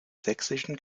sächsischen